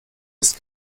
ist